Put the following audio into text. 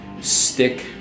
Stick